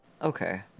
Okay